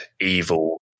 evil